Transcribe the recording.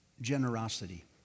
generosity